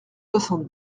soixante